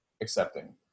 accepting